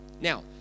Now